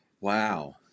wow